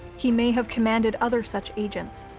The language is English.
he may have commanded other such agents,